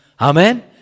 Amen